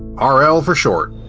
ah rl for short.